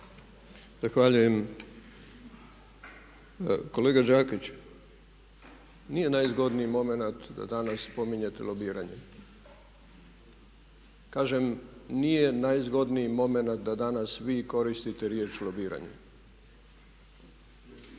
Zahvaljujem. Kolega Đakić, nije najzgodniji momenat da danas spominjete lobiranje. Kažem nije najzgodniji momenat da danas vi koristite riječ lobiranje. Ja